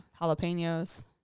jalapenos